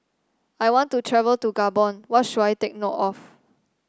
I want to travel to Gabon what should I take note of